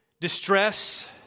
distress